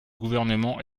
gouvernement